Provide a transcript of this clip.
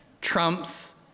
trumps